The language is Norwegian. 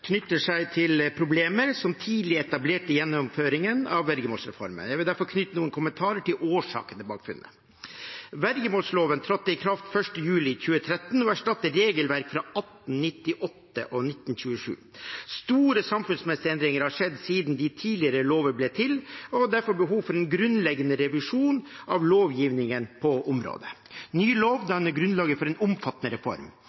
knytter seg til problemer som tidlig er etablert i gjennomføringen av vergemålsreformen. Jeg vil derfor knytte noen kommentarer til årsakene bak funnet. Vergemålsloven trådte i kraft 1. juli 2013 og erstattet regelverk fra 1898 og 1927. Store samfunnsmessige endringer har skjedd siden de tidligere lover ble til, og det var derfor behov for en grunnleggende revisjon av lovgivningen på området. Ny lov danner grunnlaget for en omfattende reform.